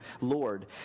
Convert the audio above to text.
lord